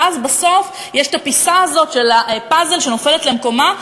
ואז בסוף יש הפיסה של הפאזל שנופלת למקומה,